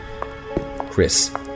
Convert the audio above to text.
Chris